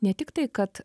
ne tik tai kad